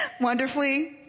wonderfully